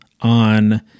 on